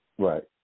Right